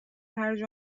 هرج